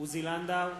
עוזי לנדאו,